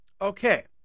Okay